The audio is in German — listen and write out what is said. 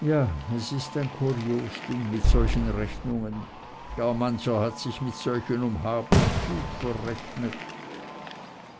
ja es ist ein kurios ding mit solchen rechnungen gar mancher hat sich mit solchen um hab und gut verrechnet